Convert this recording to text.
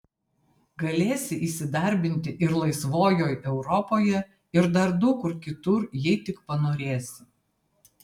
galėsi įsidarbinti ir laisvojoj europoje ir dar daug kur kitur jei tik panorėsi